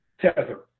tether